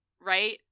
right